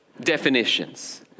definitions